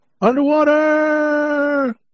underwater